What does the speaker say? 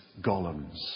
golems